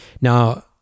Now